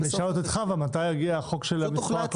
נשאל את חוה מתי יגיע החוק של המספר.